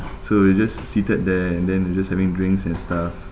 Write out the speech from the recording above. so we're just seated there and then we're just having drinks and stuff